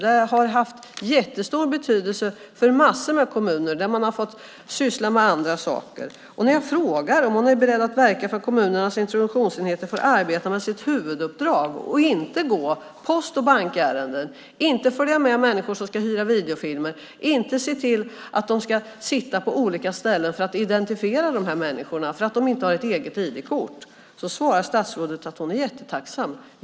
Det har haft jättestor betydelse för massor med kommuner där man har fått syssla med andra saker. När jag frågar om hon är beredd att verka för att kommunernas introduktionsenheter ska få arbeta med sitt huvuduppdrag och inte gå post och bankärenden, inte följa med människor som ska hyra videofilmer, inte sitta på olika ställen för att identifiera människor som inte har ett eget ID-kort svarar statsrådet att hon är jättetacksam.